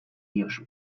diozu